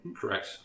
Correct